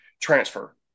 transfer